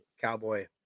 cowboy